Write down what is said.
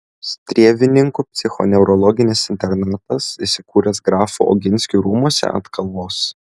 strėvininkų psichoneurologinis internatas įsikūręs grafų oginskių rūmuose ant kalvos